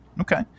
Okay